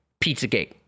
PizzaGate